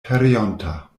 pereonta